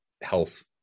health